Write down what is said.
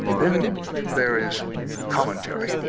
then there is commentary.